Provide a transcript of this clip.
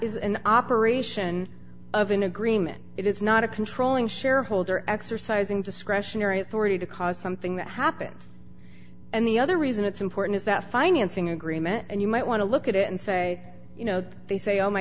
is in operation of an agreement it is not a controlling shareholder exercising discretionary authority to cause something that happened and the other reason it's important is that financing agreement and you might want to look at it and say you know they say oh my